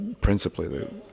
principally